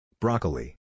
Broccoli